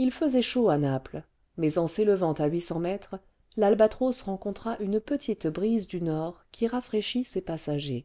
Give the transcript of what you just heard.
h faisait chaud à naples mais en s'élevant à huit cents mètres y albatros rencontra une petite brise du nord qui rafraîchit ses passagers